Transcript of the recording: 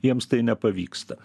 jiems tai nepavyksta